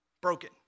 broken